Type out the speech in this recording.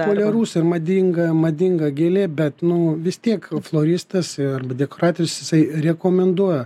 populiarus ir madinga madinga gėlė bet nu vis tiek floristas ir dekoracijos jisai rekomenduoja